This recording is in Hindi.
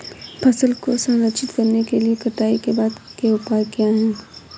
फसल को संरक्षित करने के लिए कटाई के बाद के उपाय क्या हैं?